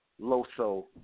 Loso